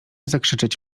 zakrzyczeć